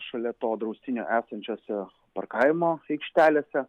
šalia to draustinio esančiose parkavimo aikštelėse